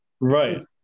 Right